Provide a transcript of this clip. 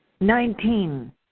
Nineteen